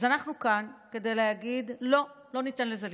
אז אנחנו כאן כדי להגיד: לא, לא ניתן לזה לקרות.